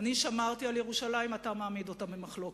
אני שמרתי על ירושלים, אתה מעמיד אותה במחלוקת.